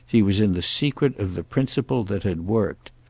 he was in the secret of the principle that had worked.